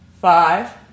five